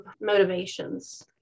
motivations